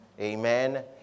Amen